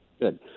Good